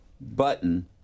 button